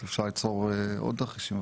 באמת אפשר ליצור עוד תרחישים,